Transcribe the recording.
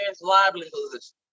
livelihoods